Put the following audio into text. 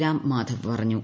രാം മാധവ് പറഞ്ഞു